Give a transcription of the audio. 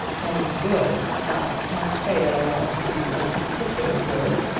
any good! i can't say that i want to do any particular good.